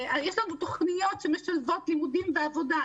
יש לנו תוכניות שמשלבות לימודים ועבודה.